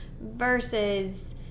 versus